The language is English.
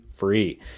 free